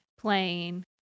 playing